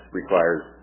requires